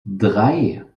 drei